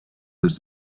his